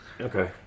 Okay